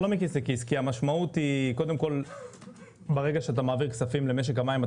כי ברגע שאתה מעביר כספים למשק המים,